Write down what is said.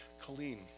Colleen